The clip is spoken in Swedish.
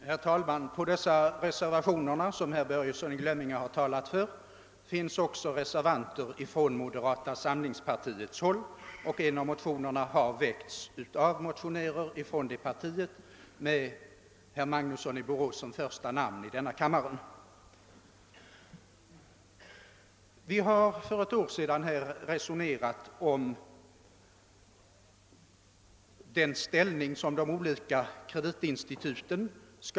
Herr talman! De reservationer som herr Börjesson i Glömminge här talat för har undertecknats också av representanter för moderata samlingspartiet, och en av de motioner på vilka reservationerna grundas har väckts av motionärer från vårt parti med herr Magnusson i Borås som första namn i denna kammare. Vi resonerade för ett år sedan om relationerna mellan de olika kreditinstituten.